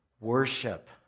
Worship